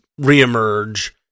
reemerge